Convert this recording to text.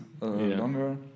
longer